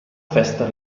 festa